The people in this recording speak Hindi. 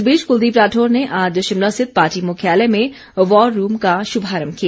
इस बीच कुलदीप राठौर ने आज शिमला स्थित पार्टी मुख्यालय में वॉर रूम का शुभारम्भ किया